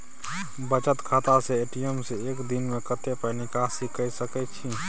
बचत खाता स ए.टी.एम से एक दिन में कत्ते पाई निकासी के सके छि?